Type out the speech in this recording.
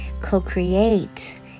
co-create